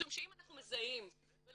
משום שאם אנחנו מזהים ולומדים,